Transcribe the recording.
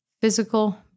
physical